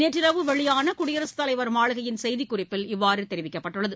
நேற்றிரவு வெளியான குடியரசுத் தலைவர் மாளிகையின் செய்திக்குறிப்பில் இவ்வாறு தெரிவிக்கப்பட்டுள்ளது